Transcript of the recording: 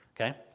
okay